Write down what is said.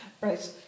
Right